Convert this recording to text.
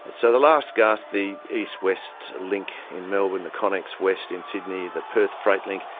and so the last gasp, the east west link in melbourne, the connex west in sydney, the perth freight link,